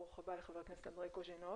ברוך הבא לחבר הכנסת אנדרי קוז'ינוב.